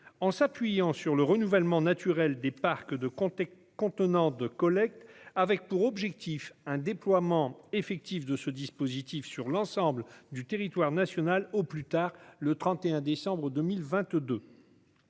en s'appuyant sur le renouvellement naturel des parcs de contenants de collecte, avec pour objectif un déploiement effectif de ce dispositif sur l'ensemble du territoire national au plus tard le 31 décembre 2022.